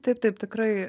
taip taip tikrai